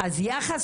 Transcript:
אז יחס